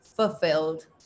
fulfilled